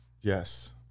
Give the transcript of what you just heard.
Yes